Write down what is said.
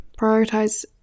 prioritize